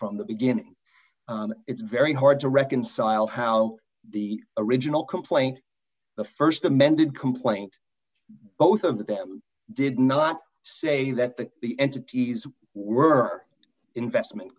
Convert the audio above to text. from the beginning it's very hard to reconcile how the original complaint the st amended complaint both of them did not say that the the entities were investment